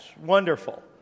wonderful